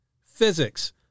physics